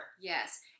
Yes